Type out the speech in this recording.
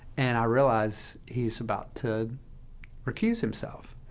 and i realize he's about to recuse himself.